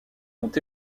sont